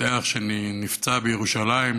המאבטח שנפצע בירושלים.